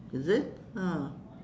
is it ah